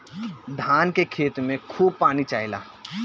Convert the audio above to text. धान के खेत में खूब पानी चाहेला